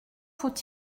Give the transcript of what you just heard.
faut